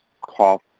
cough